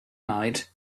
night